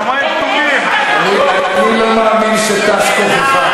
אני לא מאמין שתש כוחך.